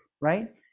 right